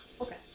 Okay